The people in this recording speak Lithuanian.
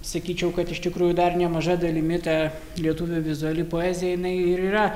sakyčiau kad iš tikrųjų dar nemaža dalimi ta lietuvių vizuali poezija jinai ir yra